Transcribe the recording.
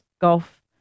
golf